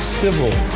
civil